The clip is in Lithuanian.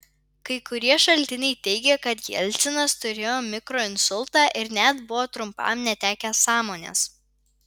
kai kurie šaltiniai teigia kad jelcinas turėjo mikroinsultą ir net buvo trumpam netekęs sąmonės